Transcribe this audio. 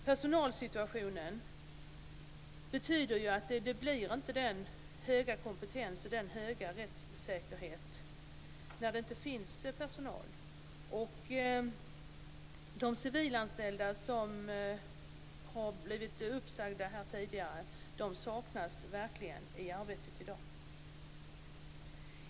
Personalsituationen betyder att det inte blir hög kompetens och hög rättssäkerhet när det inte finns personal. De civilanställda som har blivit uppsagda tidigare saknas verkligen i arbetet i dag.